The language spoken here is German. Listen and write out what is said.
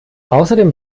außerdem